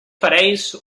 parells